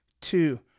two